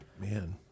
Man